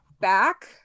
back